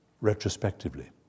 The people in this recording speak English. retrospectively